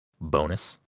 bonus